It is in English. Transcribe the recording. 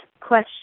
question